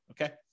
Okay